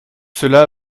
cela